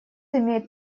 имеют